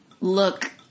look